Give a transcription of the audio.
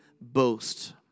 boast